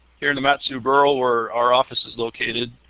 here in the mat-su borough where our office is located.